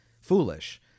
foolish